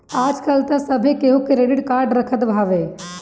आजकल तअ सभे केहू क्रेडिट कार्ड रखत हवे